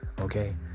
okay